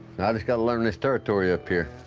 i just got to learn this territory up here.